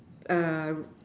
a